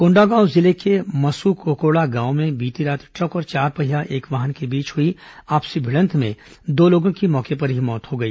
कोंडागांव जिले के मस्सुकोकोड़ा गांव में बीती रात ट्रक और चारपहिया एक वाहन के बीच हुई आपसी भिडंत में दो लोगों की मौके पर ही मौत हो गई